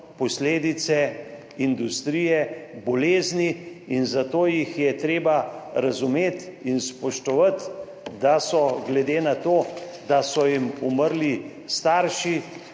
posledice industrije, bolezni. Zato jih je treba razumeti in spoštovati, da so, glede na to, da so jim umrli starši,